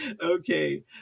Okay